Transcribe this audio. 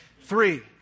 three